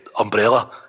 umbrella